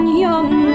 young